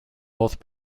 both